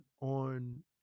on